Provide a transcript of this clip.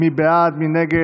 בעד, 41, נגד,